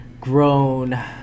grown